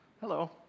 hello